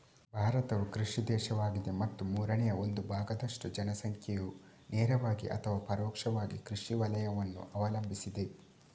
ಭಾರತವು ಕೃಷಿ ದೇಶವಾಗಿದೆ ಮತ್ತು ಮೂರನೇ ಒಂದು ಭಾಗದಷ್ಟು ಜನಸಂಖ್ಯೆಯು ನೇರವಾಗಿ ಅಥವಾ ಪರೋಕ್ಷವಾಗಿ ಕೃಷಿ ವಲಯವನ್ನು ಅವಲಂಬಿಸಿದೆ